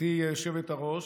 גברתי היושבת-ראש,